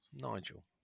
Nigel